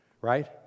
right